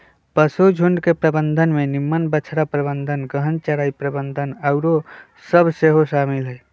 पशुझुण्ड के प्रबंधन में निम्मन बछड़ा प्रबंधन, गहन चराई प्रबन्धन आउरो सभ सेहो शामिल हइ